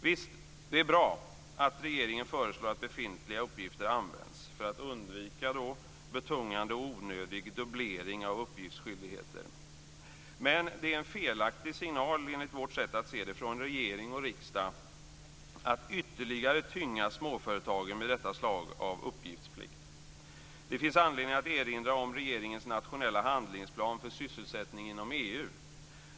Visst är det bra att regeringen föreslår att befintliga uppgifter ska användas för att man ska undvika betungande och onödig dubblering när det gäller uppgiftsskyldigheter. Men, enligt vårt sätt att se, är det en felaktig signal från regering och riksdag att ytterligare tynga småföretagen med detta slag av uppgiftsplikt. Det finns anledning att erinra om regeringens nationella handlingsplan för sysselsättning inom EU.